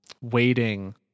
waiting